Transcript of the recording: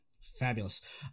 Fabulous